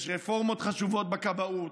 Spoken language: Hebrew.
יש רפורמות חשובות בכבאות.